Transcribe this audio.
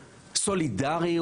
סולידריות,